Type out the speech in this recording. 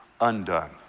Undone